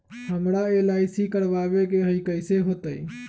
हमरा एल.आई.सी करवावे के हई कैसे होतई?